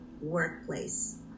workplace